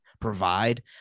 provide